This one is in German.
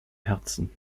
herzen